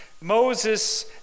Moses